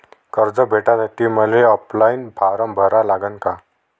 कर्ज भेटासाठी मले ऑफलाईन फारम भरा लागन का?